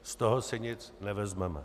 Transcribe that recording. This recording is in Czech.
Z toho si nic nevezmeme.